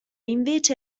invece